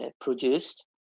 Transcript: produced